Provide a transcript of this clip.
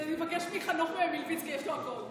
אני אבקש מחנוך מילביצקי, יש לו הכול.